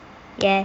yes